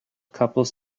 couples